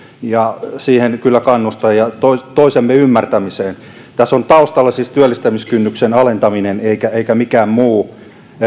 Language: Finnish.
ja siihen kyllä kannustan ja toistemme ymmärtämiseen tässä on siis taustalla työllistämiskynnyksen alentaminen eikä eikä mikään muu